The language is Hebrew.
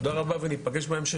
תודה רבה, וניפגש בהמשך.